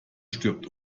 stirbt